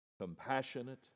compassionate